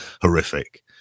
horrific